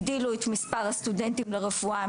הגדילו את מספר הסטודנטים לרפואה